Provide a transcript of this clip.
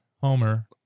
Homer